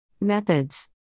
Methods